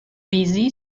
busy